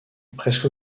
presque